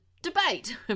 Debate